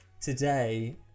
Today